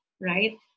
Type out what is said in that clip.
right